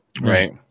Right